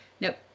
Nope